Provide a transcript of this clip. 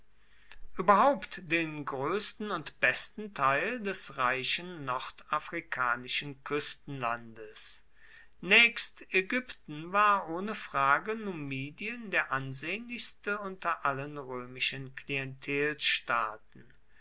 überhaupt den größten und besten teil des reichen nordafrikanischen küstenlandes nächst ägypten war ohne frage numidien der ansehnlichste unter allen römischen